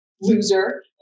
loser